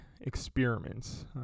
experiments